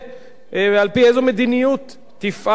על-פי איזו מדיניות תפעל ההנהגה,